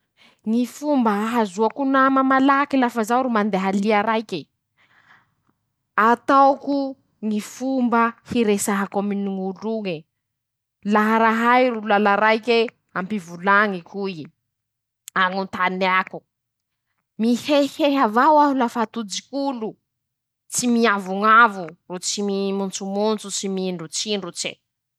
Ñy fomba ahazoako nama malaky lafa zaho ro mandeha lia raike: -Ataoko Ñy fomba hiresahako amin'olo'oñe. Laha rahay ro lala raike hampivolañiko'ie, hañontaneako, miehehy avao aho lafa tojik'olo, tsy miavoñavo ro tsy miimontsomontso, mindrotsindrotsy.